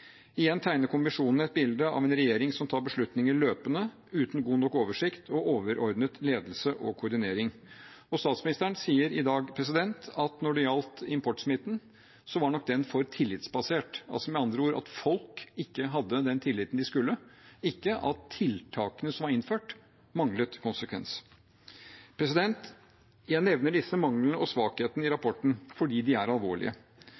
tar beslutninger løpende, uten god nok oversikt og overordnet ledelse og koordinering. Statsministeren sier i dag at når det gjaldt importsmitten, var nok den for tillitsbasert, altså med andre ord at folk ikke hadde den tilliten de skulle, ikke at tiltakene som var innført, manglet konsekvens. Jeg nevner disse manglene og svakhetene i rapporten fordi de er alvorlige.